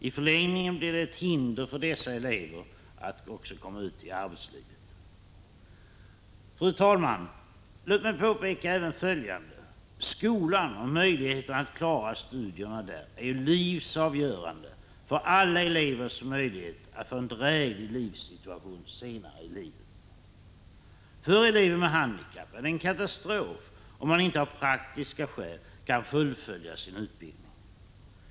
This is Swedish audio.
I förlängningen blir detta också ett hinder för dessa elever att komma ut i arbetslivet. Låt mig påpeka även följande: Skolan och möjligheterna att klara studierna där är livsavgörande för alla elevers möjligheter att få en dräglig livssituation senare i livet. För elever med handikapp är det en katastrof, om man inte av praktiska skäl kan fullfölja sin utbildning.